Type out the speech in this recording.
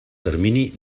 termini